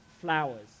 flowers